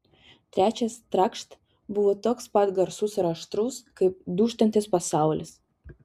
trečias trakšt buvo toks pat garsus ir aštrus kaip dūžtantis pasaulis